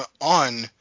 on